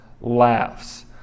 laughs